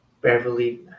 Beverly